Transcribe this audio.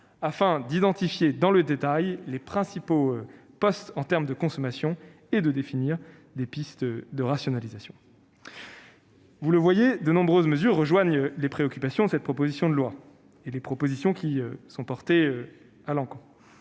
afin d'identifier dans le détail les principaux postes de consommation et de définir des pistes de rationalisation. Vous le voyez, de nombreuses mesures rejoignent les préoccupations des auteurs de cette proposition de loi et les dispositions qui y sont promues. Comme